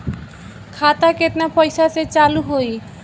खाता केतना पैसा से चालु होई?